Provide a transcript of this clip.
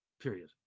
period